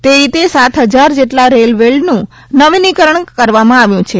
તે રીતે સાત હજાર જેટલા રેલ વેલ્ડનું નવીનીકરણ કરવામાં આવ્યું છે